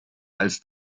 als